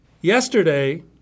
yesterday